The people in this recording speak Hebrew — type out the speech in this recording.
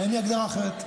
אין לי הגדרה אחרת.